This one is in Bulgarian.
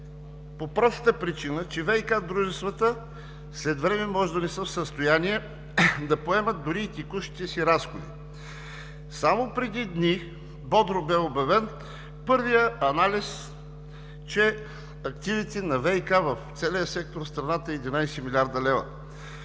по простата причина, че ВиК дружествата след време може да не са в състояние да поемат дори и текущите си разходи. Само преди дни бодро бе обявен първият анализ, че активите на ВиК в целия сектор в страната е 11 млрд. лв.